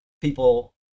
People